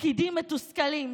פקידים מתוסכלים.